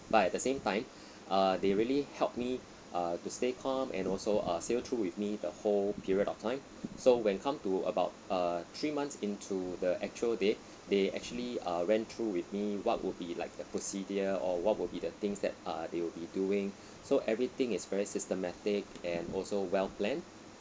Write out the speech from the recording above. but at the same time uh they really help me uh to stay calm and also uh sail through with me the whole period of time so when come to about err three months into the actual day they actually uh went through with me what would be like the procedure or what would be the things that uh they will be doing so everything is very systematic and also well planned